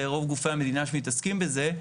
רוב גופי המדינה שמתעסקים בזה,